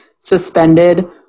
suspended